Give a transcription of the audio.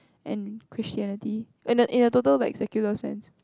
and Christianity in a in a total like secular sense